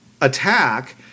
attack